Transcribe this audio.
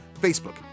Facebook